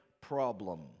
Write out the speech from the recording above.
problem